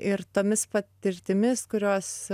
ir tomis patirtimis kurios